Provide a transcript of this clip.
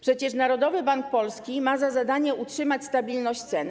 Przecież Narodowy Bank Polski ma za zadanie utrzymać stabilność cen.